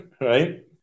right